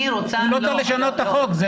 לא צריך לשנות את החוק.